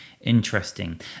interesting